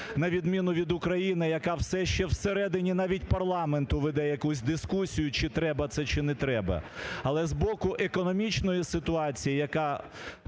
на відміну від України, яка все ще всередині навіть парламенту веде якусь дискусію: чи треба це, чи не треба. Але з боку економічної ситуації, яка